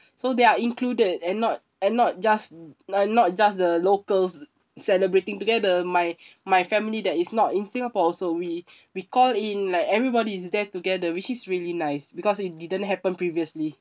so there are included and not and not just and not just the locals celebrating together my my family that is not in singapore also we we call in like everybody is there together which is really nice because it didn't happen previously